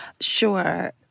Sure